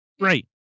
Right